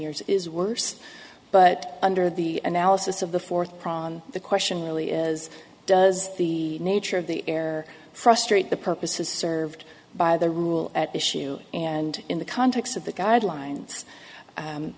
years is worse but under the analysis of the fourth prawn the question really is does the nature of the air frustrate the purpose is served by the rule at issue and in the context of the guidelines